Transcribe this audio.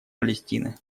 палестины